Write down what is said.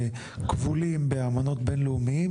וכבולים לאמנות בינלאומיות,